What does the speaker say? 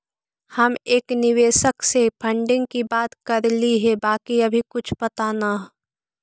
हम एक निवेशक से फंडिंग की बात करली हे बाकी अभी कुछ पता न